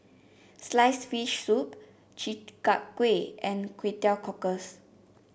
sliced fish soup Chi Kak Kuih and Kway Teow Cockles